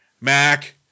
Mac